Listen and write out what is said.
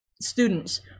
students